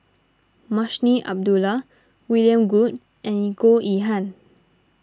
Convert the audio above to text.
Munshi Abdullah William Goode and Goh Yihan